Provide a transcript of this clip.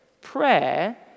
prayer